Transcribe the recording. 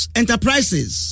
enterprises